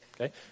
Okay